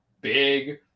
big